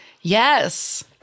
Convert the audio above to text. yes